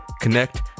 connect